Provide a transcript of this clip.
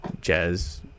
jazz